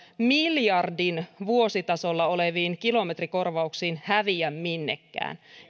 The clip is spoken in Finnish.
miljardin vuositasolla oleviin kilometrikorvauksiin häviä minnekään